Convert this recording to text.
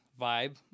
vibe